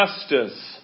justice